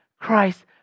Christ